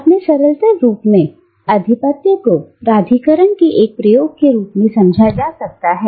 अपने सरलतम रूप में आधिपत्य को प्राधिकरण के एक प्रयोग के रूप में समझा जा सकता है